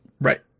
Right